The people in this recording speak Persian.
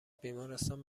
بیمارستان